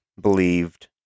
believed